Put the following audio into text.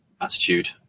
attitude